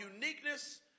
uniqueness